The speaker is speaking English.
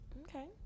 Okay